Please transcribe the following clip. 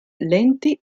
lenti